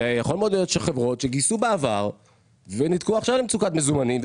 ויכול מאוד להיות שחברות שגייסו בעבר ונקלעו עכשיו למצוקת מזומנים,